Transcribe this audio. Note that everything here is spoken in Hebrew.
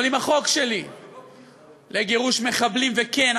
אבל אם החוק שלי לגירוש מחבלים וכן,